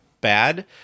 bad